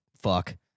fuck